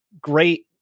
great